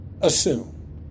assume